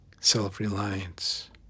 self-reliance